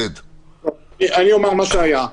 אני אומר מה שהיה.